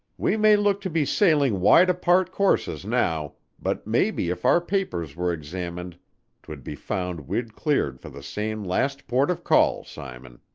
we may look to be sailing wide apart courses now, but maybe if our papers were examined twould be found we'd cleared for the same last port of call, simon.